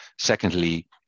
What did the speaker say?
Secondly